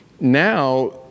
Now